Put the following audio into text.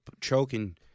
choking